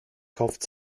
kauft